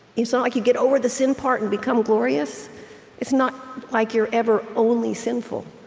it's not like you get over the sin part and become glorious it's not like you're ever only sinful.